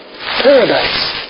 Paradise